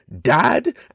dad